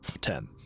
ten